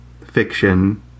fiction